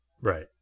Right